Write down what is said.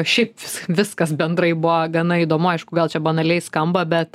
šiaip viskas bendrai buvo gana įdomu aišku gal čia banaliai skamba bet